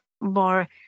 bar